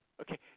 Okay